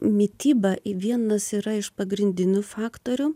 mityba vienas yra iš pagrindinių faktorių